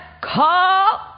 call